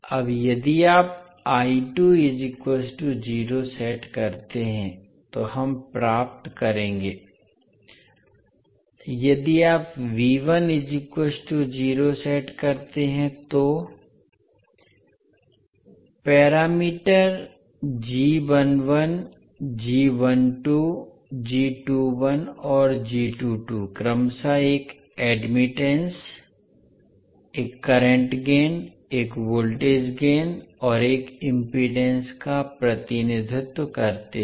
अब यदि आप सेट करते हैं तो हम प्राप्त करेंगे यदि आप सेट करते हैं तो पैरामीटर और क्रमशः एक एडमिटन्स एक करंट गेन एक वोल्टेज गेन और एक इम्पीडेन्स का प्रतिनिधित्व करते हैं